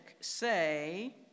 say